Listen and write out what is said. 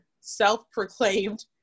self-proclaimed